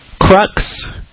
crux